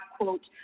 quote